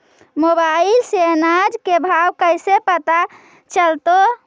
Mobile से अनाज के भाव कैसे पता चलतै?